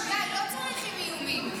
לא צריך עם איומים.